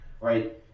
right